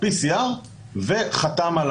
PCR וחתם על